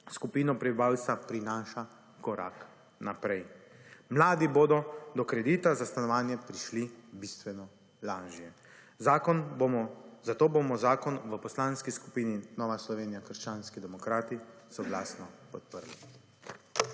skupino prebivalstva prinaša korak naprej. Mladi bodo do kredita za stanovanje prišli bistveno lažje. Zato bomo zakon v Poslanski skupini Nova Slovenija – krščanski demokrati, soglasno podprli.